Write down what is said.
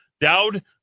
Dowd